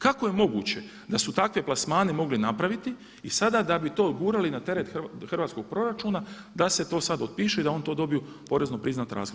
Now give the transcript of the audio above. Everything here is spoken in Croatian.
Kako je moguće da su takve plasmane mogli napraviti, i sada da bi to gurali na teret hrvatskog proračuna da se to sada otpiše i da oni to dobiju porezno priznati rashod.